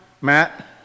Matt